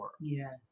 Yes